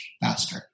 faster